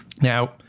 Now